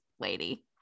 lady